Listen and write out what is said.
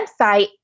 website